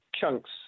chunks